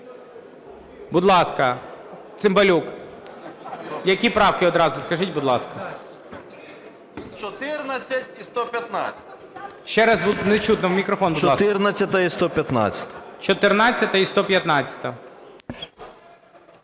Будь ласка, Цимбалюк. Які правки? Одразу скажіть, будь ласка. 11:33:35